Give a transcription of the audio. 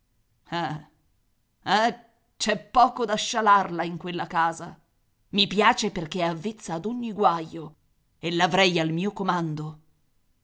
eh c'è poco da scialarla in quella casa i piace perché è avvezza ad ogni guaio e l'avrei al mio comando